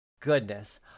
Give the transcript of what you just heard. Goodness